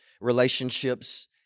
relationships